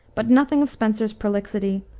but nothing of spenser's prolixity,